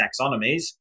taxonomies